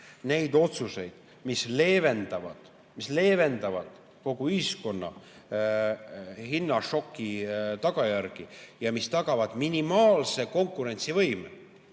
neid otsuseid, mis leevendavad kogu ühiskonna hinnašoki tagajärgi ja mis tagavad minimaalse konkurentsivõime